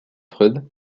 freud